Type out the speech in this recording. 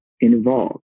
involved